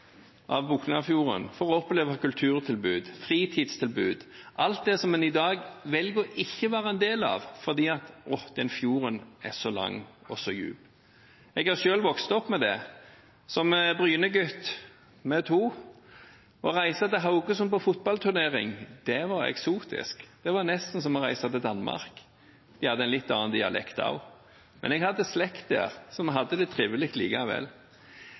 av Boknafjorden for å oppleve kulturtilbud, fritidstilbud – alt det som en i dag velger ikke å være en del av fordi den fjorden er så lang og så dyp. Jeg har selv vokst opp med dette. Som Bryne-gutt – vi er to – å reise til Haugesund på fotballturnering, det var eksotisk. Det var nesten som å reise til Danmark. De hadde en litt annen dialekt også. Men jeg hadde slekt der, så vi hadde det trivelig likevel.